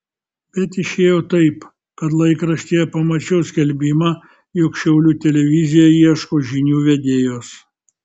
bet išėjo taip kad laikraštyje pamačiau skelbimą jog šiaulių televizija ieško žinių vedėjos